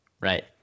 right